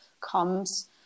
comes